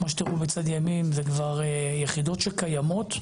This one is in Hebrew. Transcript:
מה שתראו בצד ימין אלה כבר יחידות שקיימות,